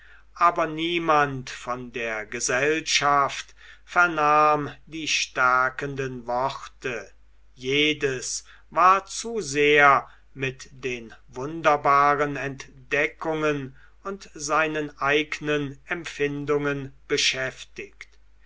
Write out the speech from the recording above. aber niemand von der gesellschaft vernahm die stärkenden worte jedes war zu sehr mit den wunderbaren entdeckungen und seinen eignen empfindungen beschäftigt